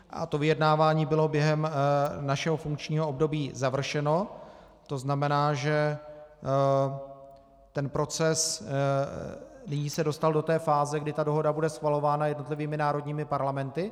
A to vyjednávání bylo během našeho funkčního období završeno, to znamená, že ten proces se nyní dostal do fáze, kdy dohoda bude schvalována jednotlivými národními parlamenty.